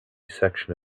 section